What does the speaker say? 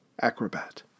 acrobat